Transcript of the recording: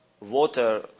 water